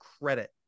credit